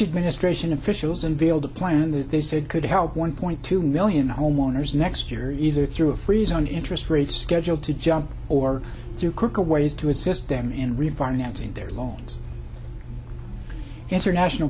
administration officials unveiled a plan that they said could help one point two million homeowners next year either through a freeze on interest rates scheduled to jump or to cook a ways to assist them in refinancing their long international